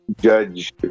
judge